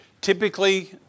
typically